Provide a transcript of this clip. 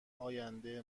آینده